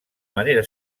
manera